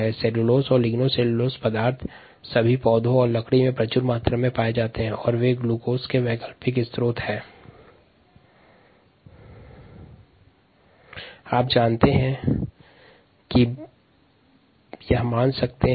cellulose और lignocellulosic पदार्थ सभी पौधे और लकड़ी में प्रचुर मात्रा में पाए जाते हैं जो ग्लूकोज के वैकल्पिक स्त्रोत हैं